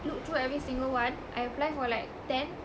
look through every single one I apply for like ten